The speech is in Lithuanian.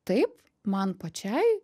taip man pačiai